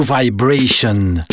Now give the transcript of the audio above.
Vibration